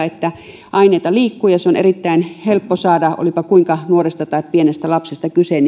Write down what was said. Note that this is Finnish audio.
että aineita liikkuu ja niitä on erittäin helppo saada meidän kaduilla olipa kuinka nuoresta tai pienestä lapsesta kyse